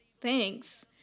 thanks